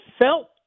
felt